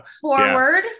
forward